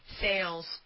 sales